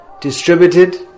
distributed